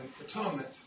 atonement